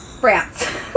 France